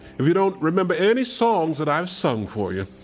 if you don't remember any songs that i've sung for you,